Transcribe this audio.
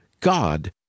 God